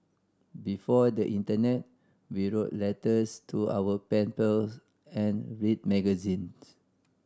before the internet we wrote letters to our pen pals and read magazines